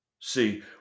See